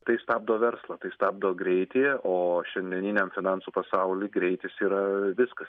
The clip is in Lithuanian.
tai stabdo verslą tai stabdo greitį o šiandieniniam finansų pasauly greitis yra viskas